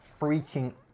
freaking